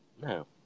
No